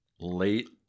late